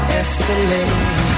escalate